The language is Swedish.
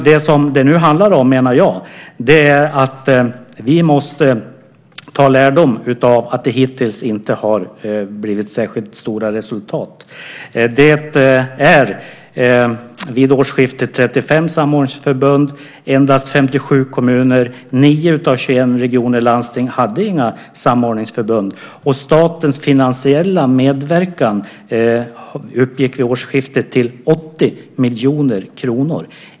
Det som det nu handlar om, menar jag, är att vi måste dra lärdom av att det hittills inte har blivit särskilt stora resultat. Det finns vid årsskiftet 35 samordningsförbund, endast 57 kommuner. 9 av 21 regioner och landsting hade inga samordningsförbund. Statens finansiella medverkan uppgick vid årsskiftet till 80 miljoner kronor.